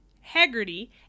Haggerty